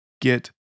get